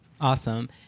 Awesome